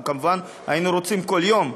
אנחנו כמובן היינו רוצים כל יום,